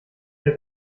der